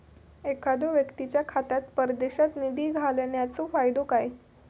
एखादो व्यक्तीच्या खात्यात परदेशात निधी घालन्याचो फायदो काय?